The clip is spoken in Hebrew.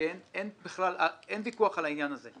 אין ויכוח על העניין הזה,